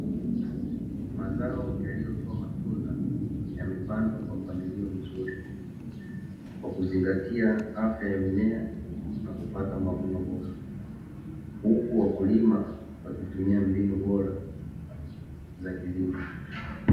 Mazao yaliyotoa matunda yamepandwa kwa mpangilio mzuri. Kwa kuzingatia afya ya mimea na kupata mavuno bora. Kama wakulima wakitumia mbinu bora za kilimo.